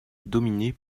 dominée